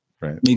right